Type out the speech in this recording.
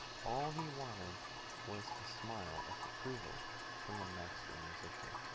all he wanted was a smile of approval from the master musician